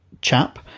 chap